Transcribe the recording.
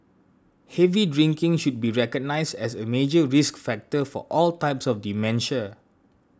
heavy drinking should be recognised as a major risk factor for all types of dementia